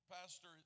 Pastor